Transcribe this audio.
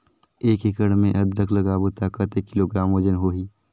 एक एकड़ मे अदरक लगाबो त कतेक किलोग्राम वजन होही?